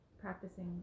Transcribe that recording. practicing